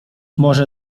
może